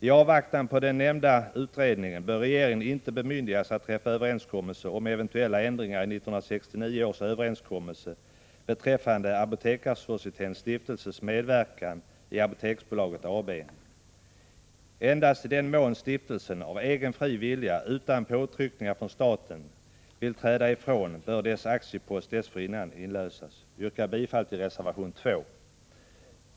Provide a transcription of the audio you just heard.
I avvaktan på den nämnda utredningen bör regeringen inte bemyndigas att träffa överenskommelse om eventuella ändringar i 1969 års överenskommelse beträffande Apotekarsocietetens stiftelses medverkan i Apoteksbolaget AB. Endast i den mån stiftelsen av egen fri vilja, utan påtryckningar från staten, vill träda ifrån bör dess aktiepost dessförinnan inlösas. Jag yrkar bifall till reservation 2.